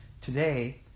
Today